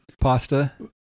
Pasta